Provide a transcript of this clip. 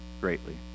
greatly